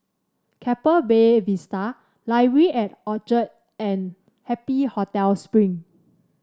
Keppel Bay Vista at Orchard and Happy Hotel Spring